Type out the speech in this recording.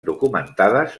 documentades